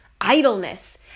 idleness